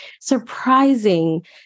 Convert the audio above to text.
surprising